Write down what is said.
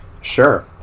sure